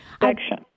action